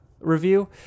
review